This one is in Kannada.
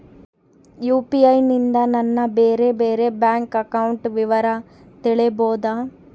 ಯು.ಪಿ.ಐ ನಿಂದ ನನ್ನ ಬೇರೆ ಬೇರೆ ಬ್ಯಾಂಕ್ ಅಕೌಂಟ್ ವಿವರ ತಿಳೇಬೋದ?